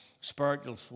spiritual